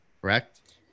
correct